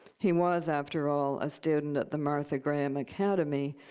he was, after all, a student at the martha graham academy,